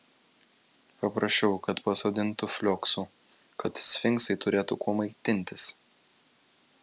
paprašiau kad pasodintų flioksų kad sfinksai turėtų kuo maitintis